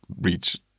reach